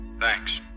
Thanks